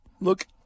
look